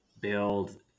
build